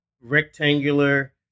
rectangular